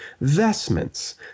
vestments